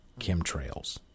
chemtrails